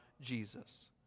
Jesus